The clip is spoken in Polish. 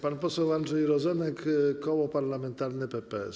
Pan poseł Andrzej Rozenek, Koło Parlamentarne PPS.